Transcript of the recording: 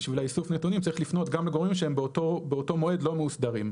בשביל איסוף הנתונים צריך לפנות גם לגורמים שהם באותו מועד לא מאוסדרים,